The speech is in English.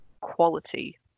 quality